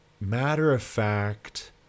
matter-of-fact